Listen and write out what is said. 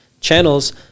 channels